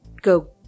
go